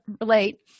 relate